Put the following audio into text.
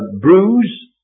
bruise